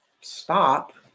stop